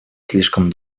слишком